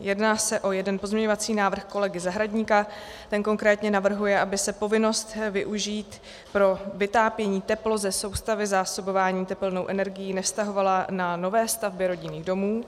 Jedná se o jeden pozměňovací návrh kolegy Zahradníka ten konkrétně navrhuje, aby se povinnost využít pro vytápění teplo ze soustavy zásobování tepelnou energií nevztahovala na nové stavby rodinných domů.